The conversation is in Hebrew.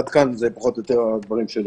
עד כאן פחות או יותר הדברים שלי.